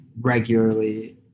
regularly